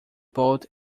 bolt